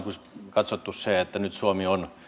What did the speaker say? katsoneet juuri niin että nyt suomi on